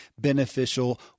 beneficial